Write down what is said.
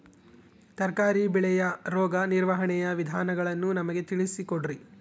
ತರಕಾರಿ ಬೆಳೆಯ ರೋಗ ನಿರ್ವಹಣೆಯ ವಿಧಾನಗಳನ್ನು ನಮಗೆ ತಿಳಿಸಿ ಕೊಡ್ರಿ?